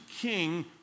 King